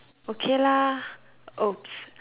okay lah !oops!